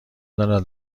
دارد